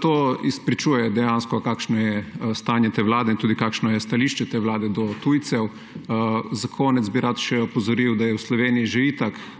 To izpričuje dejansko, kakšno je stanje te vlade in tudi, kakšno je stališče te vlade do tujcev. Za konec bi rad še opozoril, da Slovenija že itak